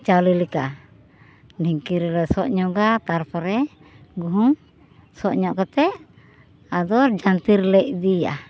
ᱪᱟᱣᱞᱮ ᱞᱮᱠᱟ ᱰᱷᱤᱝᱠᱤ ᱨᱮᱞᱮ ᱥᱚᱜ ᱧᱚᱜᱟ ᱛᱟᱨᱯᱚᱨᱮ ᱜᱩᱦᱩᱢ ᱥᱚᱜ ᱧᱚᱜ ᱠᱟᱛᱮ ᱟᱫᱚ ᱡᱟᱱᱛᱮ ᱨᱮᱞᱮ ᱤᱫᱤᱭᱟ